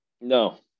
No